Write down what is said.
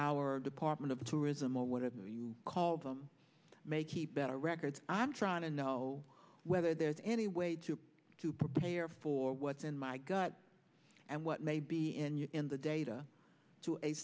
our department of tourism or whatever you call them may keep better records i'm trying to know whether there's any way to prepare for what's in my gut and what may be in you in the data to a